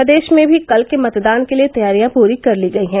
प्रदेश में भी कल के मतदान के लिए तैयारियां पूरी कर ली गयी है